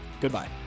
Goodbye